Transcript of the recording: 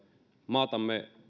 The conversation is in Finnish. maatamme